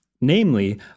Namely